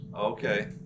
okay